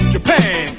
Japan